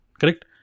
correct